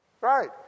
Right